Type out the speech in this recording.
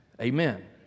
Amen